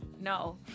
No